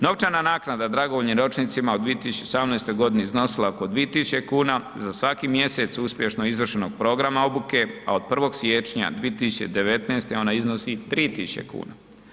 Novčana naknada dragovoljnim ročnicima u 2018. godini iznosila je oko 2.000 kuna za svaki mjesec uspješno izvršenog programa obuke, a od 1. siječnja 2019. ona iznosi 3.000 kuna.